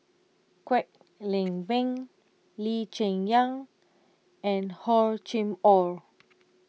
Kwek Leng Beng Lee Cheng Yan and Hor Chim or